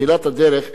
בתחילת הדרך,